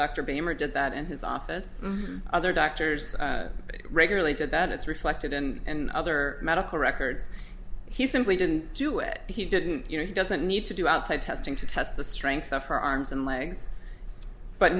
dr beamer did that in his office other doctors regularly did that it's reflected and other medical records he simply didn't do it he didn't you know he doesn't need to do outside testing to test the strength of her arms and legs but